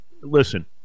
listen